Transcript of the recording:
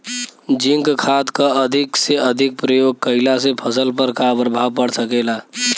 Zinc खाद क अधिक से अधिक प्रयोग कइला से फसल पर का प्रभाव पड़ सकेला?